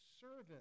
servant